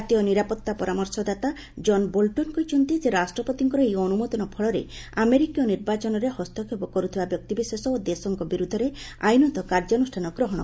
ଜାତୀୟ ନିରାପତ୍ତା ପରାମର୍ଶଦାତା ଜନ୍ ବୋଲ୍ଟନ୍ କହିଛନ୍ତି ଯେ ରାଷ୍ଟ୍ରପତିଙ୍କ ଏହି ଅନୁମୋଦନ ଫଳରେ ଆମେରିକୀୟ ନିର୍ବାଚନରେ ହସ୍ତକ୍ଷେପ କରୁଥିବା ବ୍ୟକ୍ତିବିଶେଷ ଓ ଦେଶଙ୍କ ବିରୃଦ୍ଧରେ ଆଇନତଃ କାର୍ଯ୍ୟାନ୍ରଷ୍ଠାନ ଗ୍ରହଣ କରାଯିବ